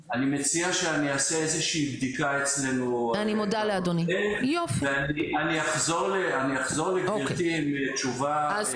אני מציע שאני אעשה איזו שהיא בדיקה אצלנו ואני אחזור לגבירתי עם תשובה.